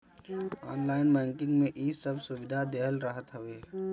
online banking में इ सब सुविधा देहल रहत हवे